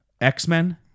X-Men